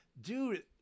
dude